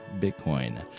Bitcoin